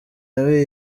nawe